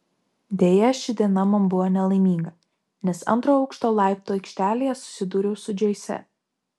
deja ši diena man buvo nelaiminga nes antro aukšto laiptų aikštelėje susidūriau su džoise